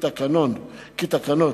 כי תקנות,